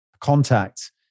contact